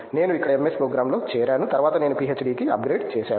నేను ఇక్కడ MS ప్రోగ్రామ్లో చేరాను తరువాత నేను పీహెచ్డీకి అప్గ్రేడ్ చేసాను